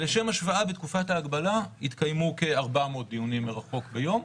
בתקופת ההגבלה ולאחר תום תקופת ההגבלה מספר דיונים ממוצע ביום).